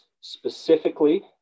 specifically